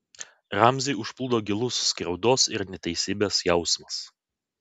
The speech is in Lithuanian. ramzį užplūdo gilus skriaudos ir neteisybės jausmas